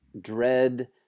dread